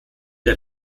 der